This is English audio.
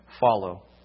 follow